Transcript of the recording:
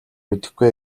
мэдэхгүй